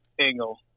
angle